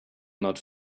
not